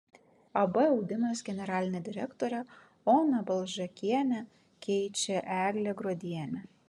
ab audimas generalinę direktorę oną balžekienę keičia eglė gruodienė